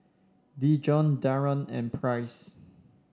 Dijon Darold and Price